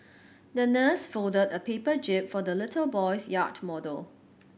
the nurse folded a paper jib for the little boy's yacht model